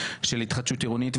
של התחדשות עירונית.